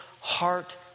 heart